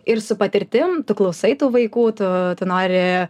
ir su patirtim tu klausai tų vaikų tu tu nori